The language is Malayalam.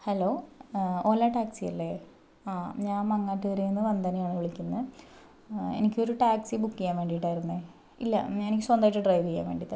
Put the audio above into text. ഹലോ ഓല ടാക്സി അല്ലേ ഞാൻ മാങ്ങാട്ടുകരയിൽ നിന്ന് വന്ദനയാണ് വിളിക്കുന്നത് എനിക്ക് ഒരു ടാക്സി ബുക്ക് ചെയ്യാൻ വേണ്ടിയിട്ടായിരുന്നു ഇല്ല എനിക്ക് സ്വന്തമായിട്ട് ഡ്രൈവ് ചെയ്യാൻ വേണ്ടി തന്നെയാണ്